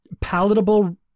palatable